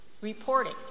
reporting